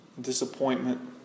disappointment